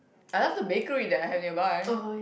I love the bakery that I have nearby